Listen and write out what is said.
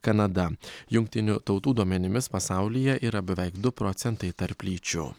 kanada jungtinių tautų duomenimis pasaulyje yra beveik du procentai tarplyčių